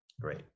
Great